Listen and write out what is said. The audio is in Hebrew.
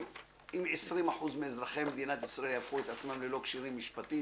אם 20% מאזרחי מדינת ישראל יהפכו את עצמם ללא כשירים משפטית